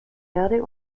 erde